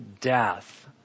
death